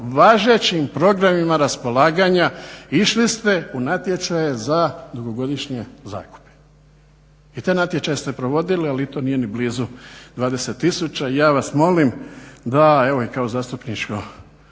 važećim programima raspolaganja išli ste u natječaje za dugogodišnje zakupe. I te natječaje ste provodili ali i to nije blizu 20 tisuća. I ja vas molim da evo kao i zastupničko